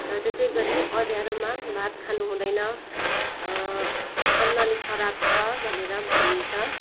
र त्यसै गरी अँध्यारोमा भात खानुहुँदैन अन्नले सराप्छ भनेर भनिन्छ